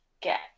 get